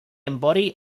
embody